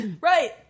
right